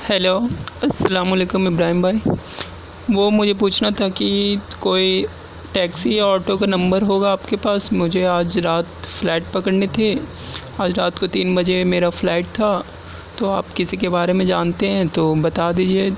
hello السلام علیکم ابراہیم بھائی وہ مجھے پوچھنا تھا کہ کوئی ٹیکسی آٹو کا نمبر ہوگا آپ کے پاس مجھے آج رات فلائٹ پکڑنی تھی آج رات کو تین بجے میرا فلائٹ تھا تو آپ کسی کے بارے میں جانتے ہیں تو بتا دیجیے